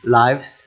lives